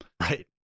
Right